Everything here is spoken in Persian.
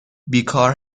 بیکار